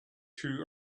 two